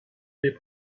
they